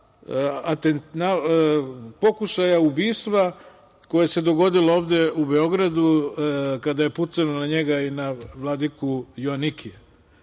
pokušaja ubistva koje se dogodilo ovde u Beogradu, kada je pucano na njega i na vladiku Joanikija.